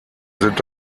sind